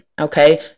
okay